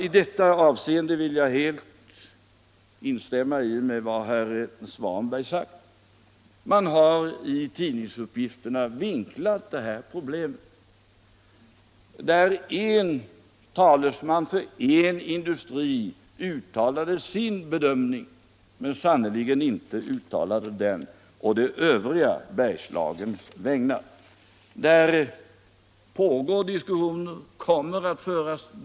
I detta avseende vill jag helt instämma i det som herr Svanberg har sagt. Tidningarna har vinklat det här problemet och refererat den bedömning som en talesman för en industri gjort, ett uttalande som sannerligen inte gjordes på den övriga Bergslagens vägnar. Diskussioner förs och kommer att föras.